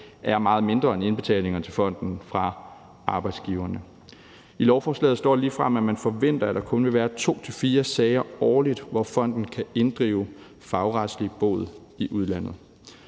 er meget mindre end indbetalingerne til fonden fra arbejdsgiverne. I lovforslaget står der ligefrem, at man forventer, at der kun vil være to til fire sager årligt, hvor fonden kan inddrive fagretslig bod i udlandet.